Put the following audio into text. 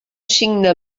signe